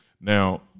Now